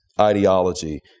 ideology